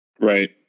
Right